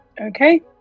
okay